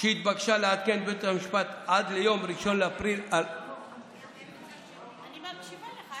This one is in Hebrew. והיא התבקשה לעדכן את בית המשפט עד ליום 1 באפריל 2023. אני מקשיבה לך,